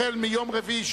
החל מיום רביעי,